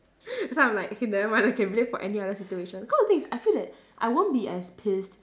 so I'm like okay never mind I can blame for any other situation cause the thing is I feel that I won't be as pissed